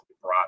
brought